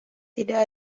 tidak